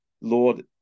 Lord